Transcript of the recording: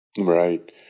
right